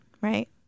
right